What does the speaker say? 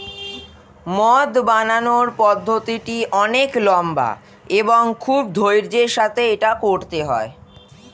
মদ বানানোর পদ্ধতিটি অনেক লম্বা এবং খুব ধৈর্য্যের সাথে এটা করতে হয়